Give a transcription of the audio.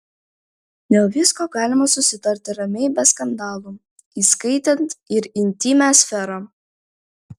dėl visko galima susitarti ramiai be skandalų įskaitant ir intymią sferą